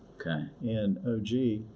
and oh gee,